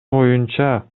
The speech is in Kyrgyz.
оюнча